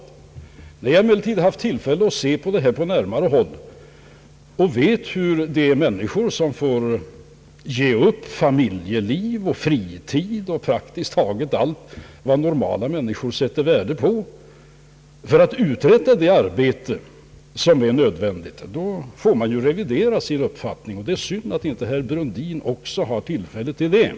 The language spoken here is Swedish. När man emellertid haft tillfälle att se på förhållandena på närmare håll och vet hur dessa tjänstemän får ge upp familjeliv, fritid och praktiskt taget allt vad normala människor sätter värde på för att uträtta det arbete, som är nödvändigt, får man revidera sin uppfattning. Det är synd att inte herr Brundin också har tillfälle till det.